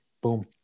boom